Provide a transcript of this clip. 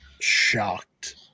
shocked